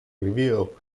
review